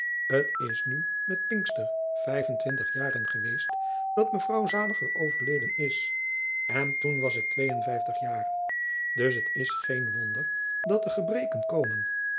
t is nu met pinkster vijf en twintig jaren geweest dat mevrouw zaliger overleden is en toen was ik twee en vijftig jaren dus t is geen wonder dat de gebreken komen